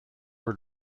were